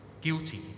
guilty